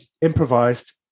improvised